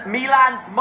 Milan's